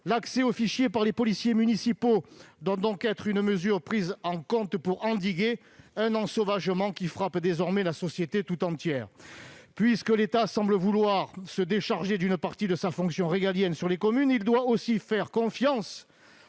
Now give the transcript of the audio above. L'accès des policiers municipaux aux fichiers doit être pris en compte pour endiguer un ensauvagement qui frappe désormais la société tout entière. Puisque l'État semble vouloir se décharger d'une partie de sa fonction régalienne sur les communes, il doit aussi faire confiance